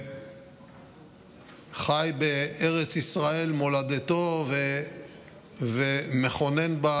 שחי בארץ ישראל מולדתו ומכונן בה,